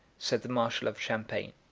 said the marshal of champagne,